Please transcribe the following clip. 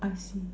I see